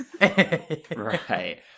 Right